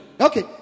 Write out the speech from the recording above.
Okay